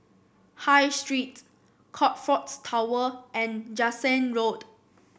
High Street Crockfords Tower and Jansen Road